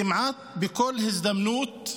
כמעט בכל הזדמנות,